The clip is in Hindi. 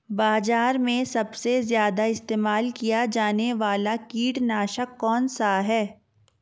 बाज़ार में सबसे ज़्यादा इस्तेमाल किया जाने वाला कीटनाशक कौनसा है?